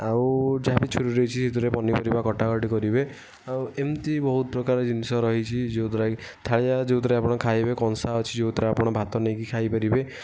ଆଉ ଯାହା ବି ଛୁରୀ ରହିଛି ସେଥିରେ ପନିପରିବା କଟା କଟି କରିବେ ଆଉ ଏମିତି ବହୁତ ପ୍ରକାର ଜିନିଷ ରହିଛି ଯେଉଁ ଦ୍ଵାରା କି ଥାଳିଆ ଯେଉଁଥିରେ ଆପଣ ଖାଇବେ କଂସା ଅଛି ଯେଉଁଥିରେ ଆପଣ ଭାତ ନେଇକି ଖାଇପାରିବେ